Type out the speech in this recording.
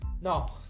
no